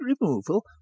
removal